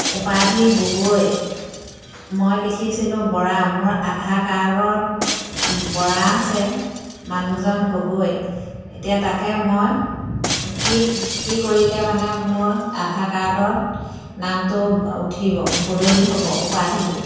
উপাধি গগৈ মই লিখিছিলোঁ বৰা মোৰ আধাৰ কাৰ্ডত বৰা আছে মানুহজন গগৈ এতিয়া তাকে মই কি কি কৰিলে মানে মোৰ আধাৰ কাৰ্ডত নামটো উঠিব বদলি হ'ব উপাধিটো